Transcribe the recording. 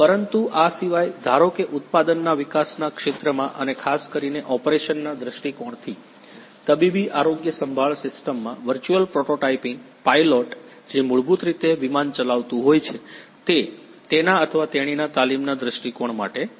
પરંતુ આ સિવાય ધારો કે ઉત્પાદનના વિકાસના ક્ષેત્રમાં અને ખાસ કરીને ઓપરેશનના દૃષ્ટિકોણથી તબીબી આરોગ્યસંભાળ સિસ્ટમમાં વર્ચુઅલ પ્રોટોટાઇપિંગ પાયલોટ જે મૂળભૂત રીતે વિમાન ચલાવતું હોય છે તે તેના અથવા તેણીના તાલીમના દૃષ્ટિકોણ માટે છે